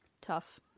Tough